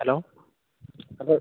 hello hello